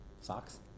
Socks